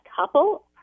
couple